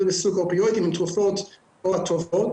תרופות מסוג אופיואידים הן התרופות או הטובות,